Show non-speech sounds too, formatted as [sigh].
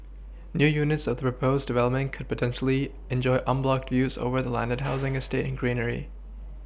new units of the proposed development could potentially enjoy unblocked views over the landed [noise] housing estate and greenery